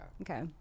Okay